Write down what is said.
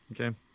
Okay